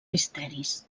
misteris